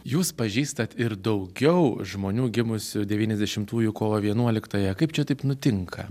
jūs pažįstat ir daugiau žmonių gimusių devyniasdešimtųjų kovo vienuoliktąją kaip čia taip nutinka